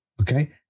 Okay